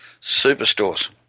superstores